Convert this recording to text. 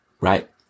Right